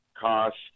cost